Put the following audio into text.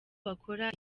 bakora